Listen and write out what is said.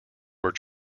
were